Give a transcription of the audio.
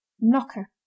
Knocker